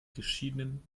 geschiedenen